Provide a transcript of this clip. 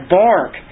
bark